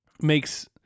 makes